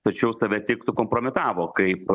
tačiau save tik sukompromitavo kaip